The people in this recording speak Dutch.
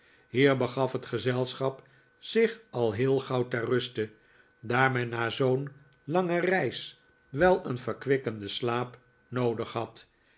hier begaf het gezelschap zich al heel gauw ter ruste daar men na zoo'n lange reis wel een verkwikkenden slaap noodig had